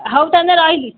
ହଉ ତା'ହେଲେ ରହିଲି